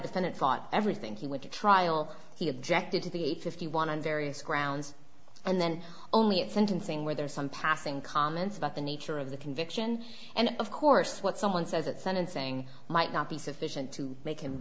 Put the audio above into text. defendant thought everything he would trial he objected to the eight fifty one and various grounds and then only at sentencing where there are some passing comments about the nature of the conviction and of course what someone says at sentencing might not be sufficient to make him